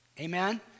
Amen